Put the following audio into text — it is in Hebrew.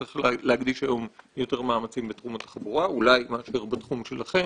שצריך להקדיש היום יותר מאמצים בתחום התחבורה מאשר בתחום שלכם,